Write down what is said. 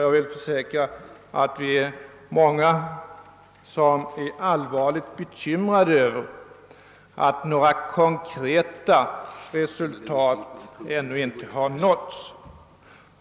Jag kan försäkra att vi är många som är allvarligt bekymrade över att några konkreta resultat ännu inte har nåtts